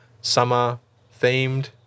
summer-themed